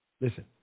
Listen